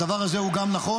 הדבר הזה הוא גם נכון.